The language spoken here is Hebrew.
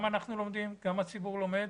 גם אנחנו לומדים, גם הציבור לומד,